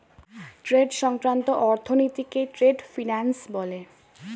trade সংক্রান্ত অর্থনীতিকে trade finance বলে